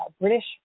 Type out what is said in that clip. British